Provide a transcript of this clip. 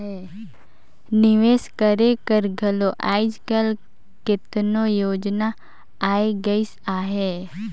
निवेस करे कर घलो आएज काएल केतनो योजना आए गइस अहे